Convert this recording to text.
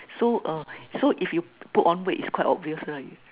so uh so if you put on weight it's quite obvious right